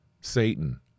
Satan